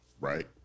Right